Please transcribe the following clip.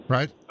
Right